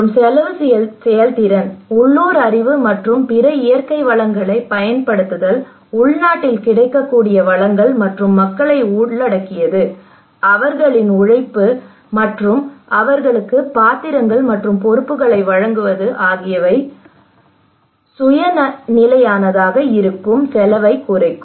மற்றும் செலவு செயல்திறன் உள்ளூர் அறிவு மற்றும் பிற இயற்கை வளங்களைப் பயன்படுத்துதல் உள்நாட்டில் கிடைக்கக்கூடிய வளங்கள் மற்றும் மக்களை உள்ளடக்கியது அவர்களின் உழைப்பு மற்றும் அவர்களுக்கு பாத்திரங்கள் மற்றும் பொறுப்புகளை வழங்குவது ஆகியவை சுய நிலையானதாக இருக்கும் செலவைக் குறைக்கும்